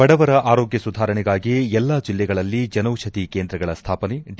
ಬಡವರ ಆರೋಗ್ಯ ಸುಧಾರಣೆಗಾಗಿ ಎಲ್ಲಾ ಜಿಲ್ಲೆಗಳಲ್ಲಿ ಜನೌಷಧಿ ಕೇಂದ್ರಗಳ ಸ್ವಾಪನೆ ಡಿ